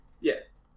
yes